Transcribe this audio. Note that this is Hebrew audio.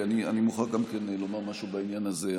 גם אני מוכרח לומר משהו בעניין הזה.